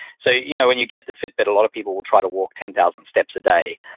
so you know when you get the fitbit, a lot of people will try to walk ten thousand steps a day.